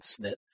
snit